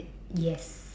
yes